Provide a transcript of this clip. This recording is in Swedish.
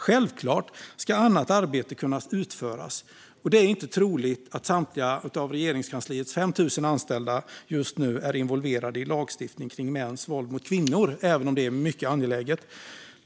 Självklart ska annat arbete kunna utföras, och det är inte troligt att samtliga av Regeringskansliets 5 000 anställda just nu är involverade i lagstiftning kring mäns våld mot kvinnor, även om detta är mycket angeläget.